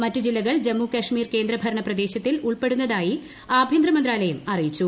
മറ്റ് ജില്ലകൾ ജമ്മു കശ്മീർ കേന്ദ്രഭരണ പ്രദേശത്തിൽ ഉൾപ്പെടുന്നതായി ആഭ്യന്തരമന്ത്രാലയം അറിയിച്ചു